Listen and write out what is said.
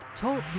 Talk